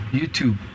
YouTube